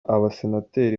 abasenateri